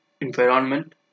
Environment